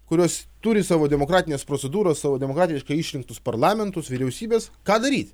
kurios turi savo demokratines procedūras savo demokratiškai išrinktus parlamentus vyriausybes ką daryt